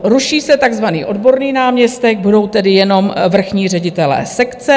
Ruší se takzvaný odborný náměstek, budou tedy jenom vrchní ředitelé sekce.